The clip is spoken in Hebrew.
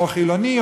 או חילוני,